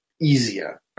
easier